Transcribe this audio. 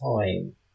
time